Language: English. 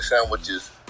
sandwiches